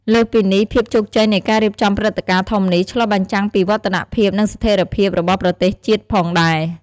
លើសពីនេះភាពជោគជ័យនៃការរៀបចំព្រឹត្តិការណ៍ធំនេះ ឆ្លុះបញ្ចាំងពីវឌ្ឍនភាព និងស្ថេរភាពរបស់ប្រទេសជាតិផងដែរ។